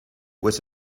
was